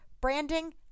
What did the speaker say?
branding